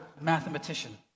mathematician